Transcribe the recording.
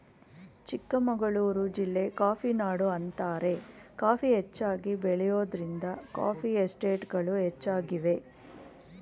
ಚಿಕ್ಕಮಗಳೂರು ಜಿಲ್ಲೆ ಕಾಫಿನಾಡು ಅಂತಾರೆ ಕಾಫಿ ಹೆಚ್ಚಾಗಿ ಬೆಳೆಯೋದ್ರಿಂದ ಕಾಫಿ ಎಸ್ಟೇಟ್ಗಳು ಹೆಚ್ಚಾಗಿವೆ